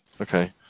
okay